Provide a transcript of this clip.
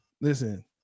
Listen